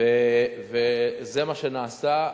וזה מה שנעשה.